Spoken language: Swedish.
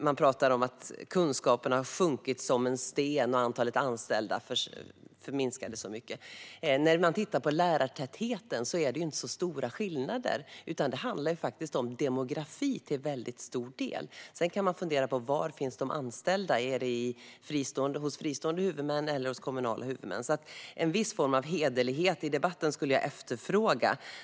Hon talade om att kunskaperna har sjunkit som en sten och att antalet anställda minskat mycket. När man tittar på lärartätheten ser man att det inte är särskilt stora skillnader. I stället handlar det till väldigt stor del om demografi. Sedan kan man fundera på var de anställda finns - är det hos fristående huvudmän eller kommunala huvudmän? En viss form av hederlighet i debatten skulle jag alltså efterfråga.